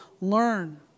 learn